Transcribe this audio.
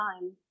time